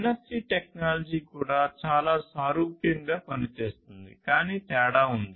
NFC technology కూడా చాలా సారూప్యంగా పనిచేస్తుంది కానీ తేడా ఉంది